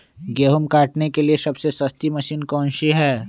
गेंहू काटने के लिए सबसे सस्ती मशीन कौन सी होती है?